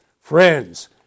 friends